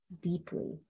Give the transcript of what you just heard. deeply